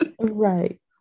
Right